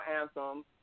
Anthem